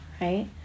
right